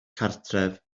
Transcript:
cartref